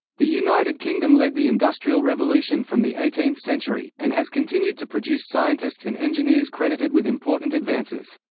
the united kingdom led the industrial revolution from the eighteenth century, and has continued to produce scientists and engineers credited with important advances.